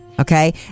okay